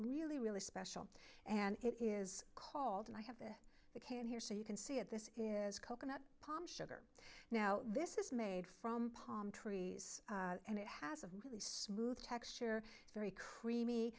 really special and it is called and i have a and here so you can see it this is coconut palms sugar now this is made from palm trees and it has a really smooth texture very creamy